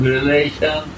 Relation